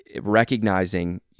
recognizing